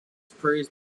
praised